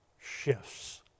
shifts